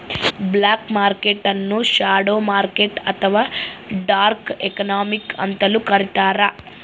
block market ನ್ನು shadow market ಅಥವಾ dark economy ಅಂತಲೂ ಕರಿತಾರೆ